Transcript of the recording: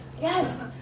Yes